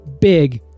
big